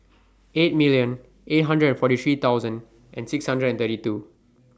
eight million eight hundred and forty three thousand and six hundred and thirty two